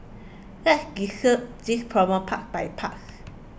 let's this problem part by part